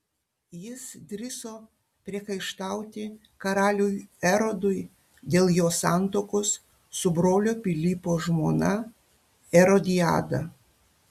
jis drįso priekaištauti karaliui erodui dėl jo santuokos su brolio pilypo žmona erodiada